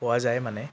পোৱা যায় মানে